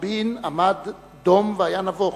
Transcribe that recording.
רבין עמד דום והיה נבוך,